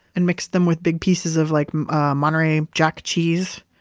and mixed them with big pieces of like ah monterey jack cheese,